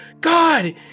God